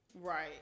right